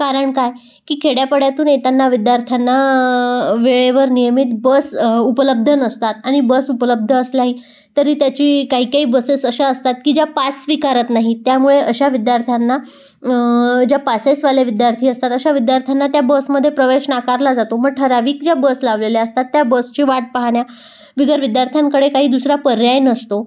कारण काय की खेड्यापाड्यातून येतना विद्यार्थ्यांना वेळेवर नियमित बस उपलब्ध नसतात आणि बस उपलब्ध असलाही तरी त्याची काही काही बसेस अशा असतात की ज्या पास स्वीकारत नाही त्यामुळे अशा विद्यार्थ्यांना ज्या पासेसवाले विद्यार्थी असतात अशा विद्यार्थ्यांना त्या बसमध्ये प्रवेश नाकारला जातो मग ठराविक ज्या बस लावलेल्या असतात त्या बसची वाट पाहण्याबिगर विद्यार्थ्यांकडे काही दुसरा पर्याय नसतो